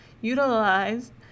utilized